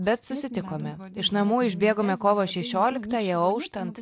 bet susitikome iš namų išbėgome kovo šešioliktąją auštant